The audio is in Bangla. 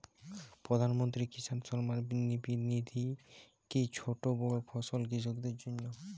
প্রধানমন্ত্রী কিষান সম্মান নিধি কি ছোটো বড়ো সকল কৃষকের জন্য?